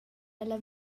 ella